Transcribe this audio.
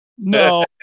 No